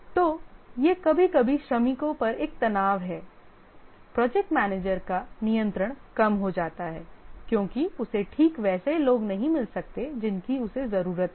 तो यह कभी कभी श्रमिकों पर एक तनाव है प्रोजेक्ट मैनेजर का नियंत्रण कम हो जाता है क्योंकि उसे ठीक वैसे लोग नहीं मिल सकते जिनकी उसे जरूरत है